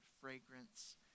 fragrance